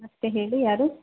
ಮತ್ತೆ ಹೇಳಿ ಯಾರು